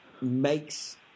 makes